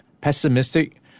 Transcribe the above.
pessimistic